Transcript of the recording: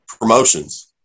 promotions